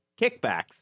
kickbacks